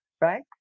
right